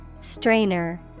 Strainer